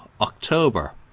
October